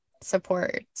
support